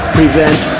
prevent